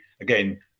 again